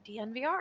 DNVR